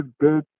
good